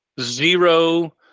zero